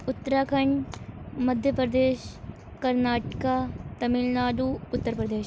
Uttarakhand Madhya Pradesh Karnataka Tamil Nadu Uttar Pradesh